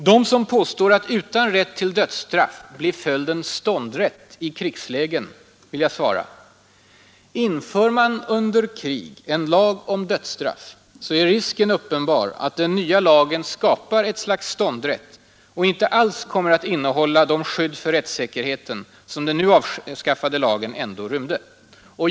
Dem som påstår att utan rätt till dödsstraff blir följden ståndrätt i krigslägen vill jag svara: inför man under krig en lag om dödsstraff är risken uppenbar att den nya lagen skapar ett slags ståndrätt och inte alls kommer att innehålla de skydd för rättssäkerheten som den nu avskaffade lagen ändå rymde.